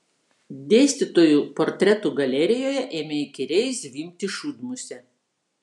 dėstytojų portretų galerijoje ėmė įkyriai zvimbti šūdmusė